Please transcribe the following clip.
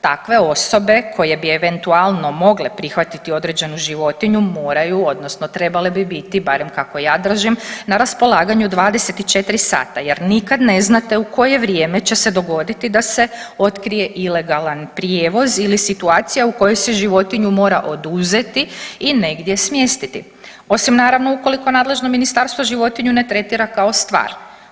Takve osobe koje bi eventualno mogle prihvatiti određenu životinju moraju odnosno trebale bi biti barem kako ja držim na raspolaganju 24 sata jer nikad ne znate u koje vrijeme će se dogoditi da se otkrije ilegalan prijevoz ili situacija u kojoj se životinju mora oduzeti i negdje smjestiti osim naravno ukoliko nadležno ministarstvo životinju ne tretira kao stvar.